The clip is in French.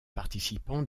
participants